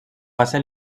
passa